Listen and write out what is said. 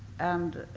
and